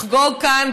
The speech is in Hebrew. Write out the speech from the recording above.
לחגוג כאן,